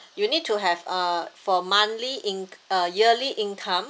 you need to have a for monthly inc~ uh yearly income